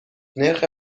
نرخ